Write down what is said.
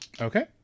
Okay